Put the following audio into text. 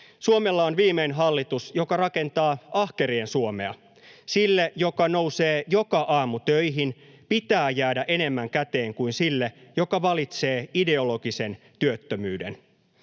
Suomella on viimein hallitus, joka rakentaa ahkerien Suomea. Sille, joka nousee joka aamu töihin, pitää jäädä enemmän käteen kuin sille, joka valitsee ideologisen työttömyyden.